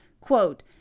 quote